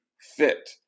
fit